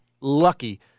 lucky